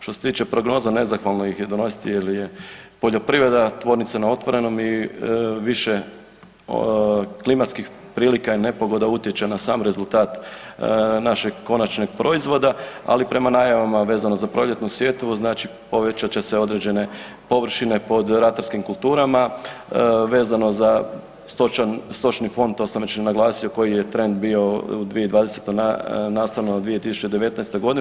Što se tiče prognoza, nezahvalno ih je donositi jer je poljoprivreda tvornica na otvorenom i više klimatskih prilika i nepogoda utječe na sam rezultat našeg konačnog proizvoda ali prema najavama vezano za proljetnu sjetvu, znači povećat će se određene površine pod ratarskim kulturama vezano za stočni fond to sam već i naglasio koji je trend bio u 2020. nastavno 2019. godine.